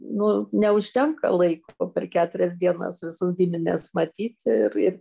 nu neužtenka laiko o per keturias dienas visus gimines matyt ir ir